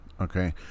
okay